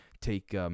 take